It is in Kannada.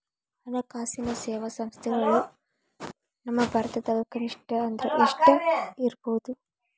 ಹಣ್ಕಾಸಿನ್ ಸೇವಾ ಸಂಸ್ಥೆಗಳು ನಮ್ಮ ಭಾರತದಾಗ ಕನಿಷ್ಠ ಅಂದ್ರ ಎಷ್ಟ್ ಇರ್ಬಹುದು?